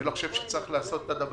אני לא חושב שצריך לעשות את זה,